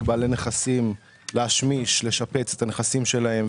בעלי נכסים להשמיש ולשפץ את הנכסים שלהם,